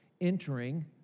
entering